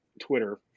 Twitter